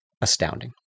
astounding